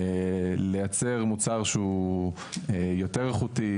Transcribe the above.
לייצר מוצר שהוא יותר איכותי,